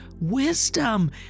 wisdom